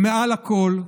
מעל הכול,